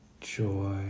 joy